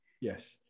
yes